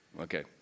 Okay